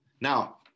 Now